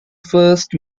first